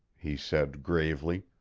he said gravely.